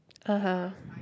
uh-huh